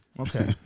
Okay